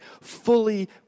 fully